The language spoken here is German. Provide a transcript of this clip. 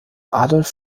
adolf